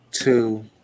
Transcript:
Two